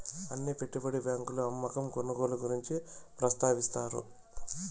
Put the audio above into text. అన్ని పెట్టుబడి బ్యాంకులు అమ్మకం కొనుగోలు గురించి ప్రస్తావిస్తాయి